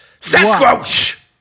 Sasquatch